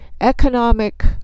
economic